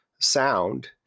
sound